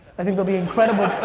i think there'll be incredible